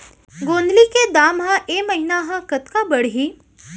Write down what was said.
गोंदली के दाम ह ऐ महीना ह कतका बढ़ही?